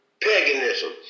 paganism